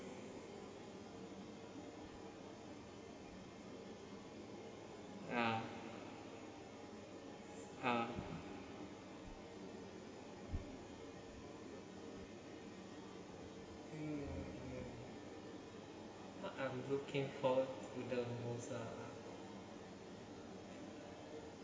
ya uh I'm looking forward to the most ah